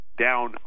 Down